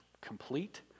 complete